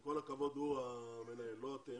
עם כל הכבוד, הוא המנהל, לא אתם.